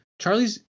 Charlie's